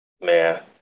Man